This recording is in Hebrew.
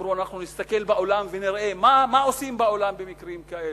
אמרו: אנחנו נסתכל בעולם ונראה מה עושים בעולם במקרים כאלו.